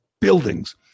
buildings